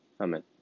Amen